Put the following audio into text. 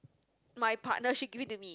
my partner should give in to me